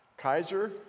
kaiser